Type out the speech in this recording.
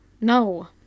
No